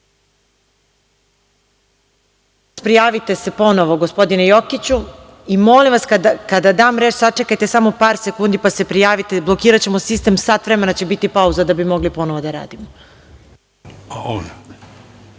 Izvolite. Prijavite se ponovo, gospodine Jokiću. Molim vas, kada dam reč sačekajte samo par sekundi pa se prijavite. Blokiraćemo sistem, sat vremena će biti pauza da bi mogli ponovo da radimo.